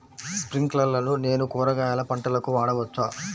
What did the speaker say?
స్ప్రింక్లర్లను నేను కూరగాయల పంటలకు వాడవచ్చా?